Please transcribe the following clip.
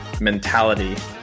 mentality